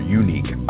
unique